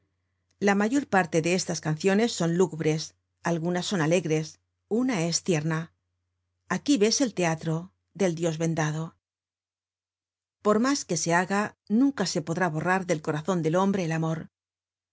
la mayor parte de estas canciones son lúgubres algunas son alegres una es tierna aquí ves el teatro del dios vendado por mas que se haga nunca se podrá borrar del corazon del hombre el amor